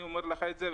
אני אומר לך את זה,